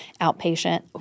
outpatient